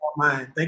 Thank